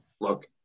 look